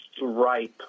ripe